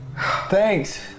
Thanks